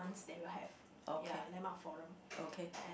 once they will have ya landmark forum and